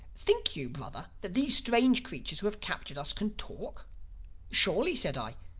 think you, brother, that these strange creatures who have captured us can talk surely, said i,